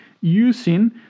using